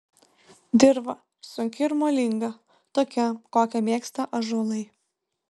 dirva sunki ir molinga tokia kokią mėgsta ąžuolai